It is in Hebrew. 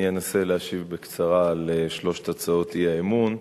אני אנסה להשיב בקצרה על שלוש הצעות אי-האמון.